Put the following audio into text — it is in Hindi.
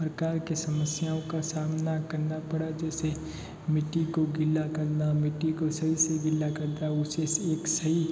प्रकार की समस्याओं का सामना करना पड़ा जैसे मिट्टी को गिला करना मिट्टी को सही से गिला करता है उसे एक सही